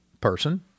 person